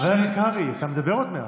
חבר הכנסת קרעי, אתה מדבר עוד מעט.